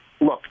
look